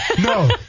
no